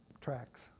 Tracks